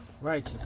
right